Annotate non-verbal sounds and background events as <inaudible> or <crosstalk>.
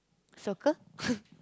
soccer <laughs>